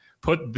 put